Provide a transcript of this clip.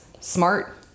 smart